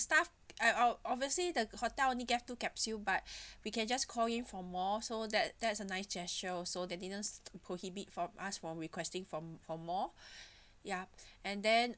staff uh uh obviously the hotel only gave two capsule but we can just call him for more so that that is a nice gesture also they didn't prohibit from us from requesting for for more yup and then